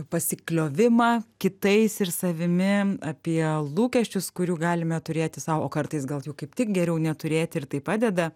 pasikliovimą kitais ir savimi apie lūkesčius kurių galime turėti sau o kartais gal jau kaip tik geriau neturėti ir tai padeda